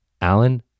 Alan